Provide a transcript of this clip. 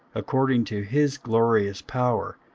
according to his glorious power,